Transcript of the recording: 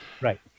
right